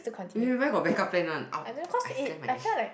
wait wait where got backup plan one !ow! I slammed my knee